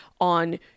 on